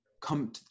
come